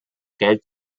geld